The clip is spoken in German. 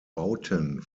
bauten